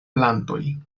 plantoj